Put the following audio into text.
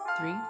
three